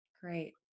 Great